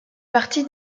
partie